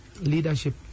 leadership